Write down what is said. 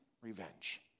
revenge